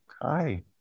Hi